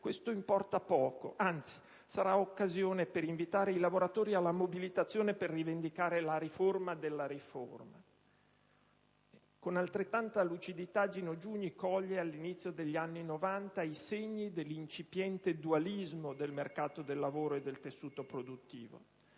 questo importa poco; anzi: sarà occasione per invitare i lavoratori alla mobilitazione, per rivendicare la riforma della riforma». Con altrettanta lucidità Gino Giugni coglie, all'inizio degli anni Novanta, i segni dell'incipiente dualismo del mercato del lavoro e del tessuto produttivo: